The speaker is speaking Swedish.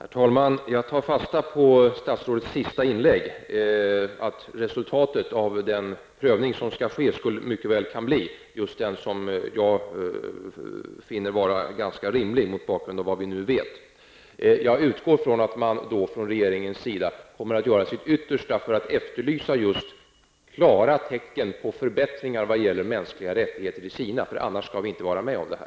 Herr talman! Jag tar fasta på statsrådets sista inlägg, nämligen att resultatet av den prövning som skall ske mycket väl kan bli det som jag finner vara ganska rimligt mot bakgrund av vad vi nu vet. Jag utgår från att man från regeringens sida kommer att göra sitt yttersta för att efterlysa klara tecken på förbättringar vad gäller mänskliga rättigheter i Kina. Annars skall vi inte vara med om detta.